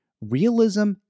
Realism